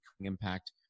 impact